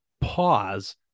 pause